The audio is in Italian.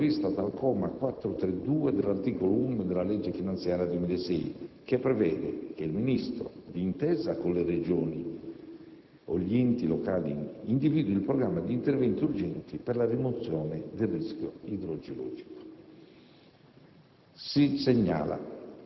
ha provveduto ad attivare la procedura prevista dal comma 432 dell'articolo 1 della legge finanziaria 2006, che prevede che il Ministro, d'intesa con le Regioni o gli enti locali, individui il programma di interventi urgenti per la rimozione del rischio idrogeologico.